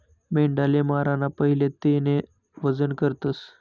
मेंढाले माराना पहिले तेनं वजन करतस